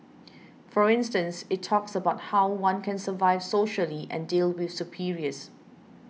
for instance it talks about how one can survive socially and deal with superiors